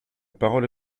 parole